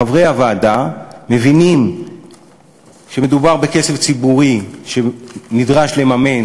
חברי הוועדה מבינים שמדובר בכסף ציבורי שנדרש לממן